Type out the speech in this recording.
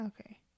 Okay